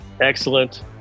excellent